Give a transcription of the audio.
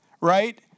right